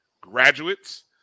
graduates